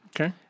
Okay